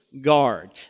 guard